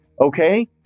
Okay